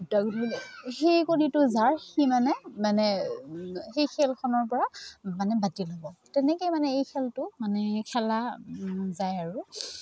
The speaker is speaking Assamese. সেই কণীটো যাৰ সি মানে মানে সেই খেলখনৰপৰা মানে বাতিল হ'ব তেনেকৈয়ে মানে এই খেলটো মানে খেলা যায় আৰু